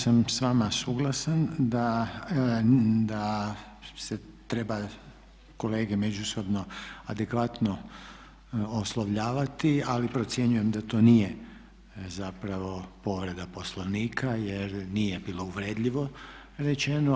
Ja sam s vama suglasan da se treba kolege međusobno adekvatno oslovljavati, ali procjenjujem da to nije zapravo povreda Poslovnika jer nije bilo uvredljivo rečeno.